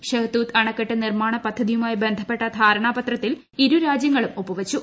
ഷെഹ്തൂത്ത് അണക്കെട്ട് നിർമാണ പദ്ധതിയുമായി ബന്ധപ്പെട്ട ധാരണാപത്രത്തിൽ ഇരു രാ്ജ്യങ്ങളും ഒപ്പുവച്ചു